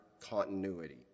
continuity